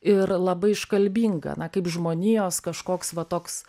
ir labai iškalbinga na kaip žmonijos kažkoks va toks